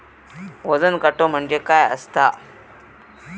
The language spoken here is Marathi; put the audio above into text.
वजन काटो म्हणजे काय असता?